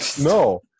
No